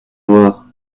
voir